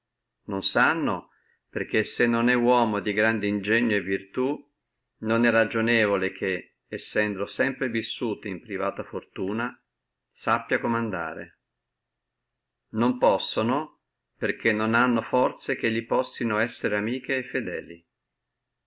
non sanno perché se non è uomo di grande ingegno e virtù non è ragionevole che sendo sempre vissuto in privata fortuna sappi comandare non possano perché non hanno forze che li possino essere amiche e fedeli